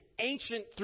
ancient